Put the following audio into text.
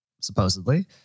supposedly